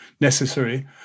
necessary